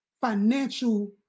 financial